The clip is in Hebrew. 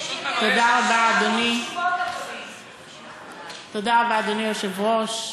תודה רבה, אדוני היושב-ראש.